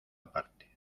parte